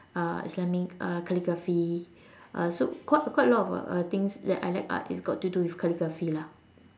uh islamic uh calligraphy uh so quite quite a lot of things that I like art is got to do with calligraphy lah